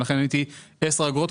ולכן עניתי 10 אגורות,